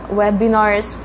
webinars